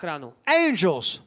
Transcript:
Angels